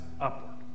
upward